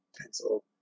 pencil